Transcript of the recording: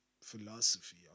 philosophy